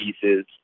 pieces